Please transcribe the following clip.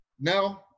No